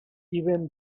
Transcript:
even